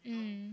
mm